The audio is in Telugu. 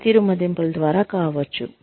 పనితీరు మదింపుల ద్వారా కావచ్చు